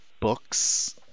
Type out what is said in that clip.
books